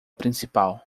principal